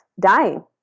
dying